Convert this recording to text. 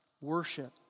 worship